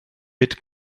mit